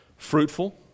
Fruitful